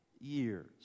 years